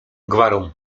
gwarą